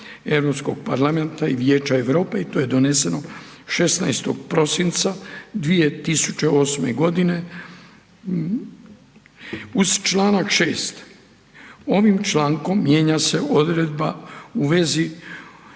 Europskog parlamenta i Vijeća Europe i to je doneseno 16. prosinca 2008.g. Uz čl. 6., ovim člankom mijenja se Odredba u vezi